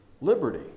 liberty